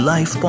Life